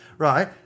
Right